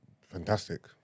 fantastic